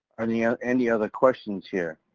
any ah any other questions here?